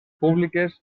públiques